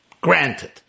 Granted